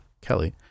Kelly